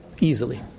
easily